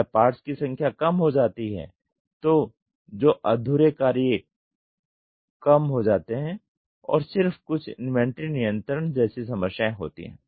अगर पार्ट्स की संख्या कम हो जाती है तो जो अधूरे कार्य कम हो जाते है और सिर्फ कुछ इन्वेंट्री नियंत्रण जैसी समस्याएं होती हैं